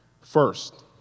First